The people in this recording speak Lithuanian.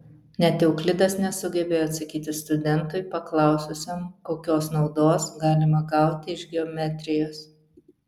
net euklidas nesugebėjo atsakyti studentui paklaususiam kokios naudos galima gauti iš geometrijos